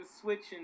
switching